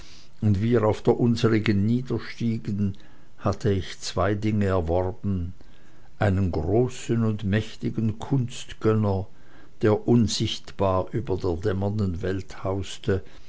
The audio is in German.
und wir auf der unserigen niederstiegen hatte ich zwei dinge erworben einen großen und mächtigen kunstgönner der unsichtbar über der dämmernden welt hauste